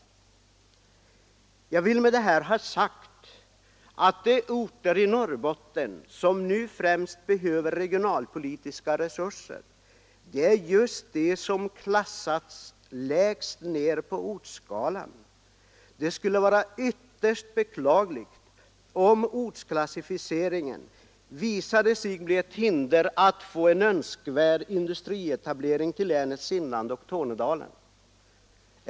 Jag vill med det här ha sagt att de orter i Norrbotten som nu främst behöver regionalpolitiska resurser är just de som klassats lägst på ortsskalan. Det skulle vara ytterst beklagligt om ortsklassificeringen visade sig bli ett hinder för en önskvärd industrietablering till länets inland och Tornedalen.